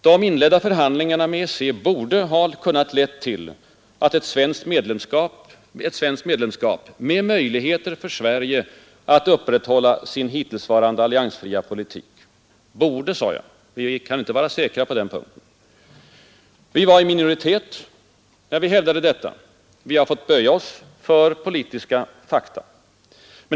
De då inledda förhandlingarna med EEC borde ha kunnat leda till ett svenskt medlemskap med möjligheter för Sverige att upprätthålla sin hittillsvarande alliansfria politik. Borde, sade jag — vi kan inte vara säkra på den punkten. Men vi var i minoritet när vi hävdade detta. Vi har fått böja oss för politiska fakta.